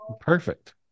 Perfect